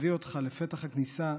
שתביא אותך לפתח הכניסה,